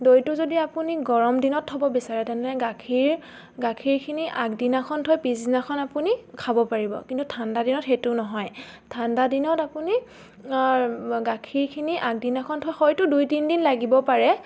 দৈটো যদি আপুনি গৰম দিনত থ'ব বিচাৰে তেনে গাখীৰ গাখীৰখিনি আগদিনাখন থৈ পিছদিনাখন আপুনি খাব পাৰিব কিন্তু ঠাণ্ডা দিনত সেইটো নহয় ঠাণ্ডা দিনত আপুনি গাখীৰখিনি আগদিনাখন থৈ হয়তো দুই তিনি দিন লাগিব পাৰে